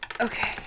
Okay